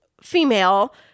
female